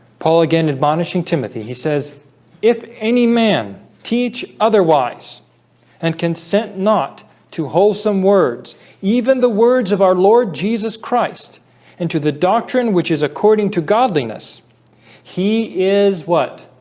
paul again admonishing timothy he says if any man teach otherwise and consent not to wholesome words even the words of our lord jesus christ and to the doctrine, which is according to godliness he is what?